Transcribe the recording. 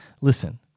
listen